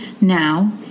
Now